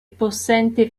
possente